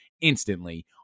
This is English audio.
instantly